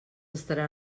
estarà